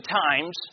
times